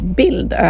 bild